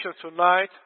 tonight